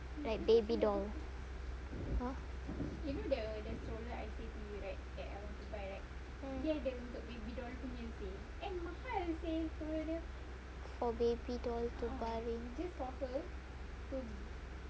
like baby doll !huh! mm for baby doll to baring